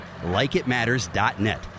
LikeItMatters.net